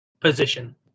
position